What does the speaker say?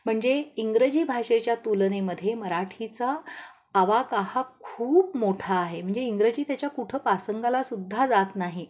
म्हणजे इंग्रजी भाषेच्या तुलनेमध्ये मराठीचा आवाका हा खूप मोठा आहे म्हणजे इंग्रजी त्याच्या कुठं पासंगाला सुद्धा जात नाही